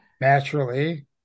Naturally